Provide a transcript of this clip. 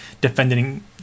Defending